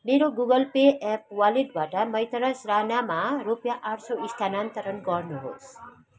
मेरो Google Pay app वालेटबाट मैतराज राणामा रुपियाँ आठ सय स्थानान्तरण गर्नुहोस्